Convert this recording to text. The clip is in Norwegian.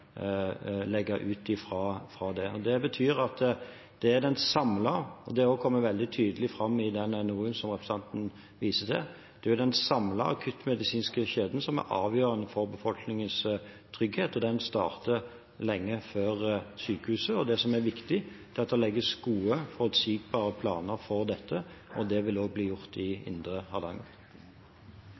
legge det opp ut fra det. Det kommer også veldig tydelig fram i den NOU-en som representanten viste til, at det er den samlede akuttmedisinske kjeden som er avgjørende for befolkningens trygghet. Den starter lenge før sykehuset. Det som er viktig, er at det legges gode, forutsigbare planer for dette. Det vil også bli gjort i indre Hardanger.